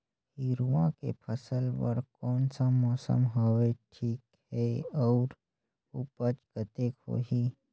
हिरवा के फसल बर कोन सा मौसम हवे ठीक हे अउर ऊपज कतेक होही?